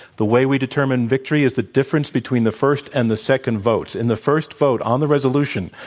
the way we determine victory is the difference between the first and the second votes. and the first vote on the resolution,